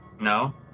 No